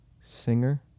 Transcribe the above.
singer